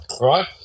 right